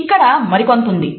ఇక్కడ మరికొంత ఉంది